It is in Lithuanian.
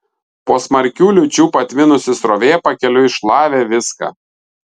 po smarkių liūčių patvinusi srovė pakeliui šlavė viską